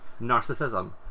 Narcissism